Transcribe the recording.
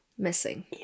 missing